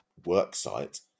worksite